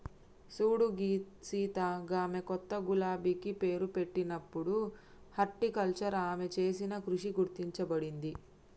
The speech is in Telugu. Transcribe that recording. సూడు సీత గామె కొత్త గులాబికి పేరు పెట్టినప్పుడు హార్టికల్చర్ ఆమె చేసిన కృషి గుర్తించబడింది